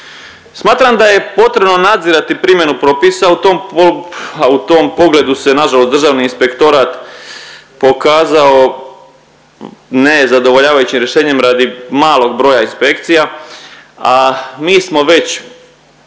Smatram da je potrebno nadzirati primjenu propisa u tom, a u tom pogledu se nažalost Državni inspektorat pokazao nezadovoljavajućim rješenjem radi malog broja inspekcija, a mi smo već